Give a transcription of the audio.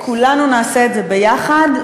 כולנו נעשה את זה ביחד.